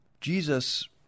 Jesus